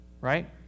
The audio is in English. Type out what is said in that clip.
Right